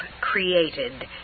created